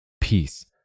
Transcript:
peace